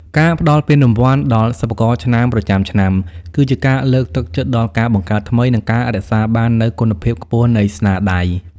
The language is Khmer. ការផ្ដល់ពានរង្វាន់ដល់សិប្បករឆ្នើមប្រចាំឆ្នាំ គឺជាការលើកទឹកចិត្តដល់ការបង្កើតថ្មី និងការរក្សាបាននូវគុណភាពខ្ពស់នៃស្នាដៃ។